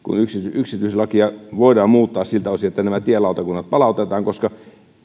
yksityistielakia voidaan muuttaa siltä osin että nämä tielautakunnat palautetaan